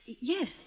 Yes